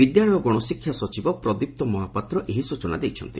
ବିଦ୍ୟାଳୟ ଓ ଗଶଶିକ୍ଷା ସଚିବ ପ୍ରଦୀପ ମହାପାତ୍ର ଏହି ସୂଚନା ଦେଇଛନ୍ତି